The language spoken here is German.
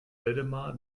waldemar